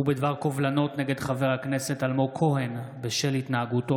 ובדבר קובלנות נגד חבר הכנסת אלמוג כהן בשל התנהגותו